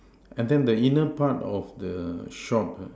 and then the inner part of the shop